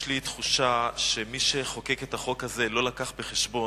יש לי תחושה שמי שחוקק את החוק הזה לא הביא בחשבון